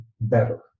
better